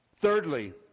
Thirdly